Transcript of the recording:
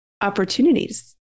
opportunities